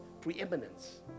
preeminence